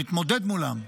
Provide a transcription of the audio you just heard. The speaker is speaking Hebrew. נתמודד מולם,